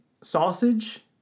sausage